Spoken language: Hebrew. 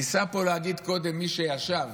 ניסה פה להגיד קודם מי שישב,